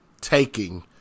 taking